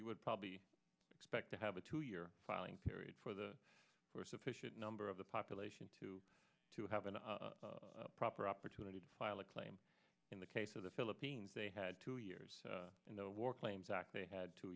you would probably expect to have a two year filing period for the or sufficient number of the population to to have a proper opportunity to file a claim in the case of the philippines they had two years in the war claims act they had two